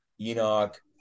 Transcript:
Enoch